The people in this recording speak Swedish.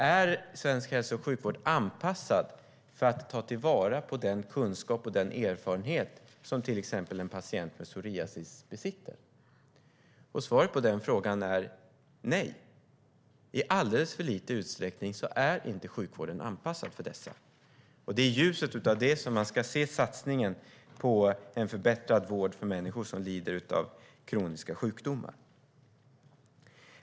Är svensk hälso och sjukvård anpassad för att ta vara på den kunskap och erfarenhet som till exempel en patient med psoriasis besitter? Svaret på den frågan är nej. I alldeles för liten utsträckning är sjukvården anpassad för dessa. Det är i ljuset av det som man ska se satsningen på en förbättrad vård för människor som lider av kroniska sjukdomar.